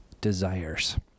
desires